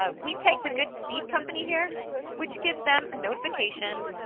ah we take the good seed company here which gives them a notification,